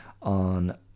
on